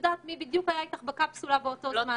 יודעים בדיוק מי היה איתך בקפסולה באותו זמן.